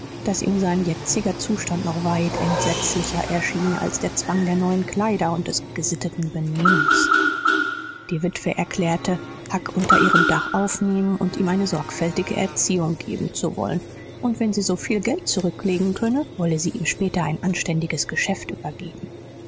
daß ihm sein jetziger zustand noch weit entsetzlicher erschien als der zwang der neuen kleider und des gesitteten benehmens die witwe erklärte huck unter ihrem dach aufnehmen und ihm eine sorgfältige erziehung geben zu wollen und wenn sie so viel geld zurücklegen könne wolle sie ihm später ein anständiges geschäft übergeben